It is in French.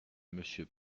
monsieur